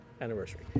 anniversary